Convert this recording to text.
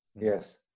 Yes